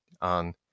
on